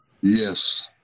Yes